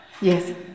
Yes